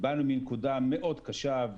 באנו מנקודה מאוד קשה,